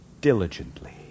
diligently